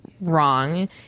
wrong